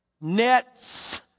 nets